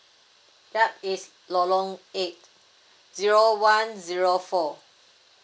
yup is lorong eight zero one zero four